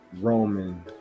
Roman